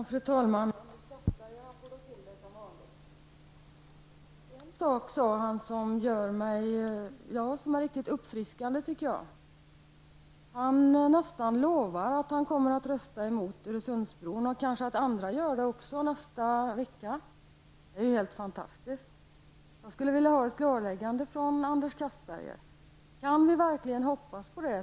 Fru talman! Anders Castberger får då till det som vanligt! Han sade en sak som var riktigt uppfriskande. Han nästan lovar att han kommer att rösta emot Öresundsbron och att kanske också andra gör det vid omröstningen nästa vecka. Det är helt fantastiskt! Jag skulle vilja ha ett klarläggande från Anders Castberger. Kan vi verkligen hoppas på detta?